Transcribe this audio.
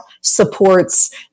supports